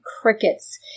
crickets